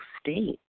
state